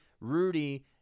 Rudy